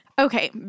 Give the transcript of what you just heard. Okay